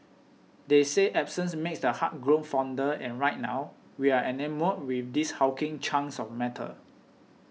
they say absence makes the heart grow fonder and right now we are enamoured with these hulking chunks of metal